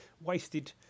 wasted